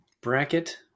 bracket